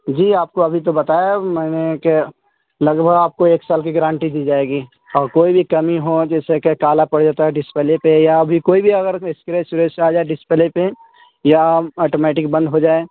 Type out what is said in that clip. جی آپ کو ابھی تو بتایا میں نے کہ لگ بھگ آپ کو ایک سال کی گارنٹی دی جائے گی اور کوئی بھی کمی ہو جیسے کہ کالا پڑ جاتا ہے ڈسپلے پہ یا ابھی کوئی بھی اگر اسکریچ وسکریچ آ جائے ڈسپلے پہ یا آٹومیٹگ بند ہو جائے